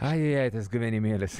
ai ai ai tas gyvenimėlis